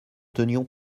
tenions